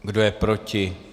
Kdo je proti?